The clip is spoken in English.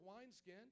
wineskin